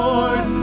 Lord